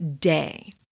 day